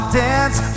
dance